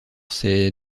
ses